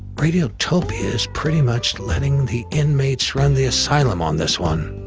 radiotopia is pretty much lettin' the inmates run the asylum on this one.